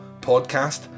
podcast